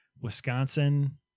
Wisconsin